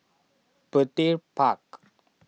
Petir Park